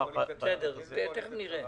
זאת קואליציה צרה?